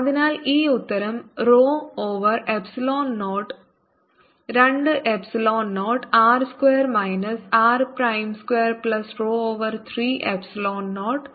അതിനാൽ ഈ ഉത്തരം rho over epsilon 0 2 epsilon 0 R square minus R prime square plus rho over 3 epsilon 0